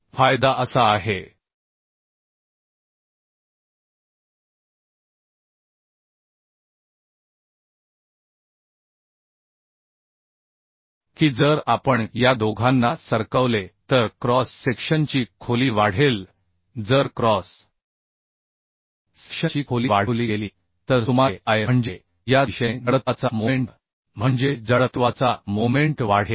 फायदा असा आहे की जर आपण या दोघांना सरकवले तर क्रॉस सेक्शनची खोली वाढेल जर क्रॉस सेक्शनची खोली वाढवली गेली तर सुमारे I म्हणजे या दिशेने जडत्वाचा मोमेंट म्हणजे जडत्वाचा मोमेंट वाढेल